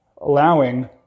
allowing